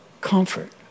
comfort